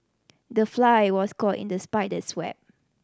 the fly was caught in the spider's web